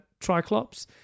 triclops